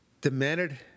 demanded